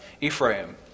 Ephraim